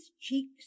cheeks